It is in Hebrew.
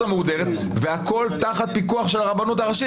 המהודרת והכול תחת פיקחו של הרבנות הראשית.